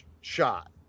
shot